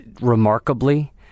remarkably